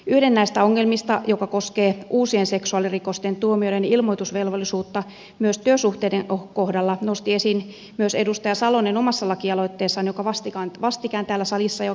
yhden näistä ongelmista joka koskee uusien seksuaalirikosten tuomioiden ilmoitusvelvollisuutta myös työsuhteiden kohdalla nosti esiin myös edustaja salonen omassa lakialoitteessaan joka vastikään täällä salissa jo kävikin